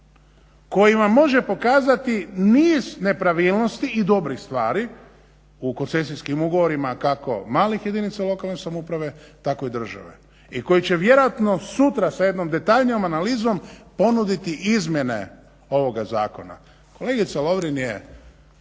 koji vam može pokazati niz nepravilnosti i dobrih stvari u koncesijskim ugovorima kako malih jedinica lokalne samouprave tako i države i koji će vjerojatno sutra sa jednom detaljnijom analizom ponuditi izmjene ovoga zakona. Kolegica Lovrin je